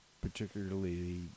particularly